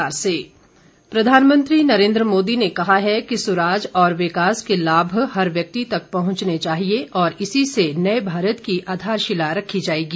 मन की बात प्रधानमंत्री नरेन्द्र मोदी ने कहा है कि सुराज और विकास के लाभ हर व्यक्ति तक पहुंचने चाहिए और इसी से नए भारत की आधारशिला रखी जाएगी